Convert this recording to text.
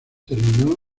terminó